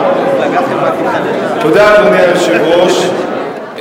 אדוני היושב-ראש,